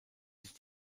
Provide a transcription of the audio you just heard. sich